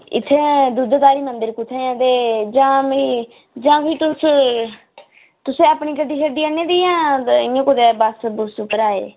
इत्थें दूधधारी मंदर कुत्थें ऐ ते जां मि जां फ्ही तुस तुसें अपनी गड्डी शड्डी आह्नी दी जां इ'यां' कुदै बस बुस उप्पर आए दे